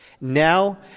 Now